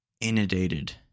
inundated